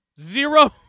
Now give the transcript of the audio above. zero